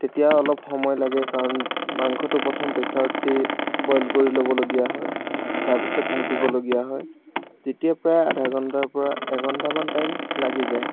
তেতিয়া অলপ সময় লাগে কাৰণ মাংসটো প্ৰথমে প্ৰেচাৰত দি বইল কৰি লবলগীয়া হয় তাৰ পিছত ভাজিবলগীয়া হয় তেতিয়া প্ৰায় আধা ঘণ্টাৰ পৰা এঘণ্টামান টাইম লাগি যায়